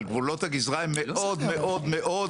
אבל גבולות הגזרה עם מאוד רחבים.